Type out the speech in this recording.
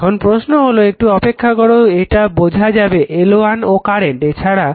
এখন প্রশ্ন হলো একটু অপেক্ষা করো এটা বোঝা যাবে L1 ও কারেন্ট I ছাড়া